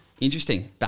Interesting